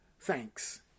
thanks